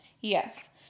Yes